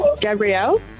Gabrielle